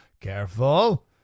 careful